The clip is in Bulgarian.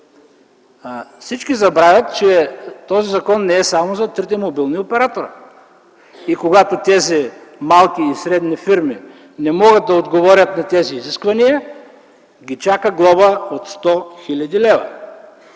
Всички забравят, че този закон не е само за трите мобилни оператора и когато тези малки и средни фирми не могат да отговорят на тези изисквания, ги чака глоба от 100 хил. лв.